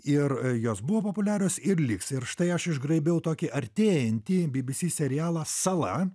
ir jos buvo populiarios ir liks ir štai aš išgraibiau tokį artėjantį bbc serialą sala